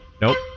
Nope